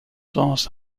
dans